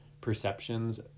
perceptions